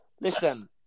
Listen